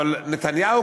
אבל נתניהו,